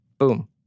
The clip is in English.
Boom